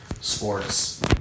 sports